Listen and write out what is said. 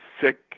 sick